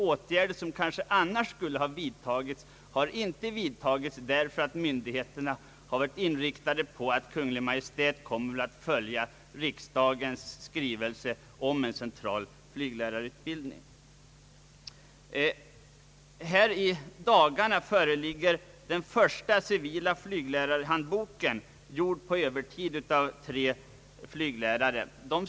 Åtgärder som annars skulle ha vidtagits har inte prövats närmare därför att myndigheterna varit inriktade på att Kungl. Maj:t först skulle komma att följa förslaget om en central flyglärarutbildning i enlighet med riksdagens skrivelse till Kungl. Maj:t. I dagarna föreligger den första civila flyglärarhandboken, skriven på övertid av tre flyglärare.